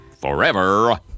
forever